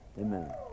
Amen